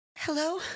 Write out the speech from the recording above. Hello